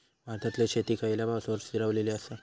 भारतातले शेती खयच्या पावसावर स्थिरावलेली आसा?